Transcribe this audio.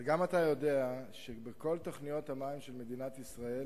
אבל גם אתה יודע שבכל תוכניות המים של מדינת ישראל